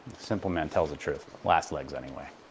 simple man tells the truth. last legs anyway.